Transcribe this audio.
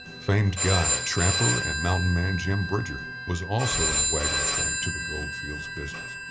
famed guide, trapper and mountain man, jim bridger was also in the wagon train to the gold fields business.